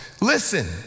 Listen